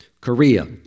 Korea